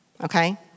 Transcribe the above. Okay